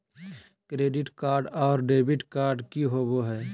Debit card और credit card की होवे हय?